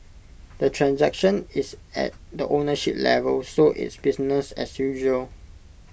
the transaction is at the ownership level so it's business as usual